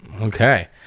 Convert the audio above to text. Okay